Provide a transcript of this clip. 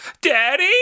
Daddy